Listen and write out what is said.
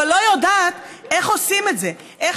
אבל לא יודעת איך עושים את זה: איך